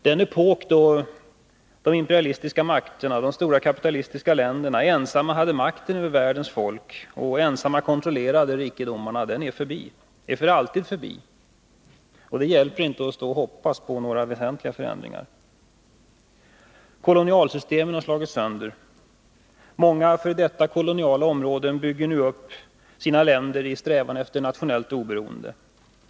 Den epok då de imperialistiska makterna, de stora kapitalistiska länderna, ensamma hade makten över världens folk och ensamma kontrollerade dess rikedomar är för alltid förbi. Det hjälper inte att hoppas på några väsentliga förändringar i det avseendet. Kolonialsystemet har slagits sönder. Många f. d. koloniala områden bygger nu upp sina länder i strävan efter nationellt oberoende.